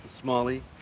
Smalley